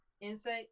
Insight